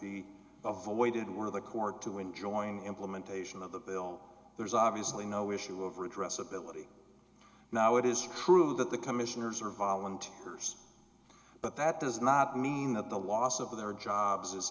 be avoided were the court to enjoying implementation of the bill there's obviously no issue of redress ability now it is true that the commissioners are volunteers but that does not mean that the loss of their jobs is